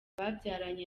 yabyaranye